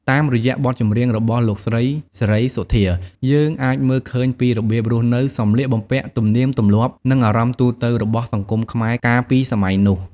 តាមរយៈបទចម្រៀងរបស់លោកស្រី សេរីសុទ្ធា យើងអាចមើលឃើញពីរបៀបរស់នៅ សម្លៀកបំពាក់ ទំនៀមទម្លាប់ និងអារម្មណ៍ទូទៅរបស់សង្គមខ្មែរកាលពីសម័យនោះ។